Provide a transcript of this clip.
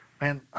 man